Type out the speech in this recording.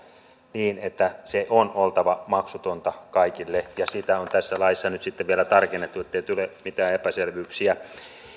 niin että sen on oltava maksutonta kaikille ja sitä on tässä laissa nyt sitten vielä tarkennettu ettei tule mitään epäselvyyksiä